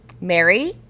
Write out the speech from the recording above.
Mary